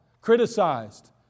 criticized